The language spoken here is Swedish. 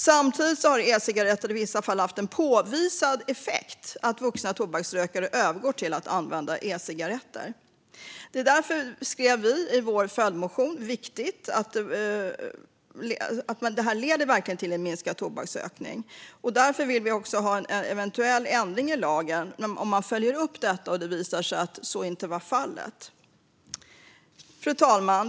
Samtidigt har e-cigaretter i vissa fall haft en påvisad effekt när det gäller att vuxna tobaksrökare övergår till att använda e-cigaretter. Det är därför, som vi skrev i vår följdmotion, viktigt att detta verkligen leder till en minskad tobaksrökning. Därför vill vi också ha en eventuell ändring i lagen om man följer upp detta och det visar sig att så inte är fallet. Fru talman!